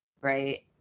Right